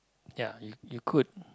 ya you you could